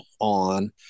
on